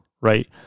right